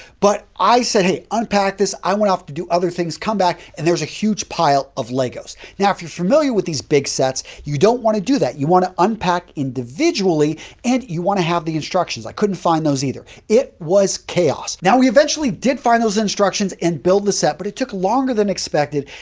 but i said, hey, unpack this. i went off to do other things, come back and there's a huge pile of legos. now, if you're familiar with these big sets, you don't want to do that. you want to unpack individually and you want to have the instructions. i couldn't find those either. it was chaos. now, we eventually did find those instructions and build the set, but it took longer than expected.